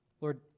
Lord